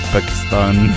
Pakistan